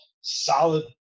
solid